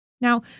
Now